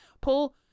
Paul